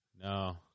No